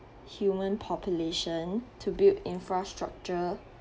human population to build infrastructure